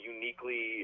uniquely